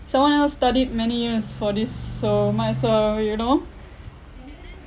someone else studied many years for this so might as well you know